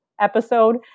episode